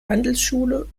handelsschule